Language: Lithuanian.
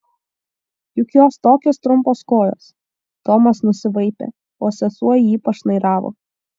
juk jos tokios trumpos kojos tomas nusivaipė o sesuo į jį pašnairavo